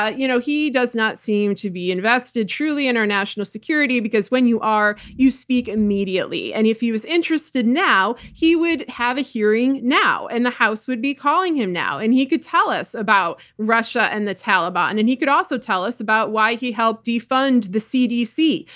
ah you know he does not seem to be invested, truly, in our international security because when you are, you speak immediately. and if he was interested now, he would have a hearing now, and the house would be calling him now, and he could tell us about russia and the taliban. and and he could also tell us about why he helped defund the cdc,